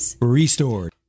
restored